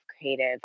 creative